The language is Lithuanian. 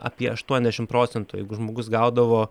apie aštuoniasdešimt procentų jeigu žmogus gaudavo